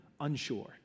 unsure